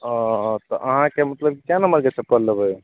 ओ तऽ अहाँके मतलब कए नम्बरके चप्पल लेबय